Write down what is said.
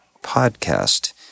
podcast